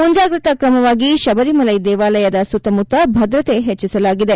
ಮುಂಜಾಗ್ರತಾ ಕ್ರಮವಾಗಿ ಶಬರಿಮಲೈ ದೇವಾಲಯದ ಸುತ್ತಮುತ್ತ ಭದ್ರತೆ ಹೆಚ್ಚಸಲಾಗಿದೆ